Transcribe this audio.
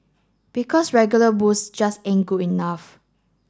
because regular booze just ain't good enough